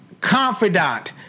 confidant